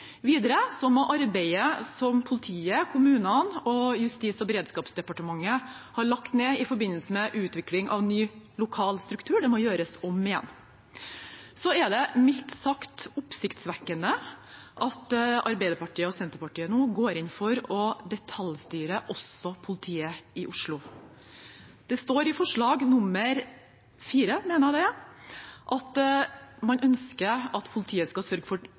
Videre må arbeidet som politiet, kommunene og Justis- og beredskapsdepartementet har lagt ned i forbindelse med utvikling av ny lokal struktur, gjøres om igjen. Så er det mildt sagt oppsiktsvekkende at Arbeiderpartiet og Senterpartiet nå går inn for å detaljstyre også politiet i Oslo. Det står i V i forslag til vedtak at man ønsker at politiet skal sørge for